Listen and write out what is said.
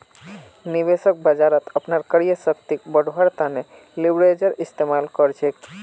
निवेशक बाजारत अपनार क्रय शक्तिक बढ़व्वार तने लीवरेजेर इस्तमाल कर छेक